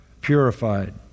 purified